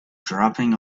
dropping